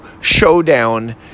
showdown